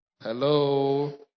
Hello